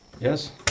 yes